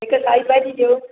हिक साई भाॼी ॾियो